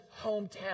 hometown